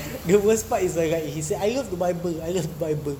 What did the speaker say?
it was but is a guy he say I love the bible bible